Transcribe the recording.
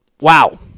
Wow